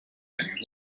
and